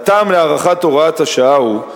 הטעם להארכת הוראת השעה הוא,